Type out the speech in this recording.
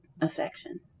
affection